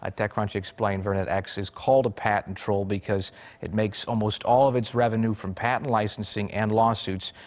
um techcrunch explained virnetx is called a patent troll because it makes almost all of its revenue from patent licensing and lawsuits,